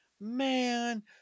Man